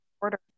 order